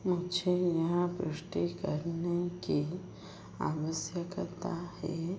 मुझे यह पुष्टि करने की आवश्यकता है